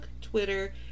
Twitter